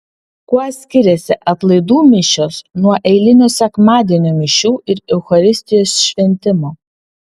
kuo skiriasi atlaidų mišios nuo eilinio sekmadienio mišių ir eucharistijos šventimo